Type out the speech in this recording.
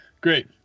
Great